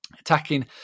Attacking